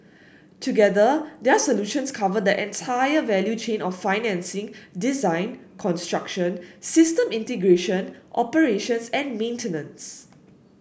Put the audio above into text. together their solutions cover the entire value chain of financing design construction system integration operations and maintenance